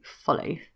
follow